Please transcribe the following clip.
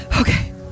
Okay